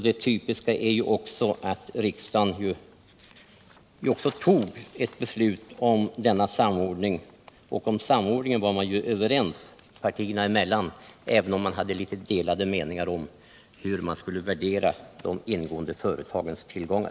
Det typiska är också att riksdagen fattade ett beslut om denna samordning. Om samordningen var partierna överens, även om det rådde delade meningar om hur man skulle värdera de ingående företagens tillgångar.